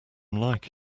like